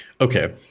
Okay